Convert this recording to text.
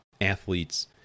Athletes